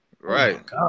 right